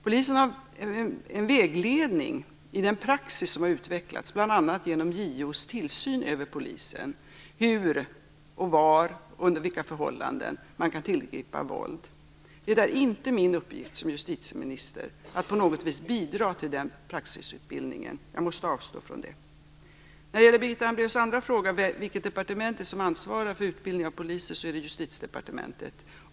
Polisen har en vägledning i den praxis som har utvecklats, bl.a. genom JO:s tillsyn över polisen, för hur, var och under vilka förhållanden man kan tillgripa våld. Det är inte min uppgift som justitieminister att på något vis bidra till denna praxisbildning. Jag måste avstå från det. Birgitta Hambraeus andra fråga gällde vilket departement som ansvarar för utbildningen av polisen. Det är Justitiedepartementet.